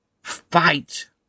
fight